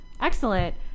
excellent